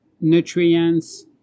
nutrients